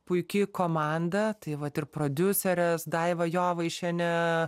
puiki komanda tai vat ir prodiuserės daiva jovaišienė